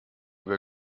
wir